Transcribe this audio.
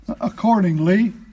accordingly